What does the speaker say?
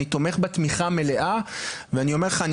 אני תומך בה תמיכה מלאה.